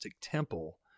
temple